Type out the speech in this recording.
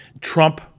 Trump